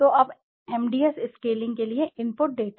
तो अब MDS scaling के लिए इनपुट डेटा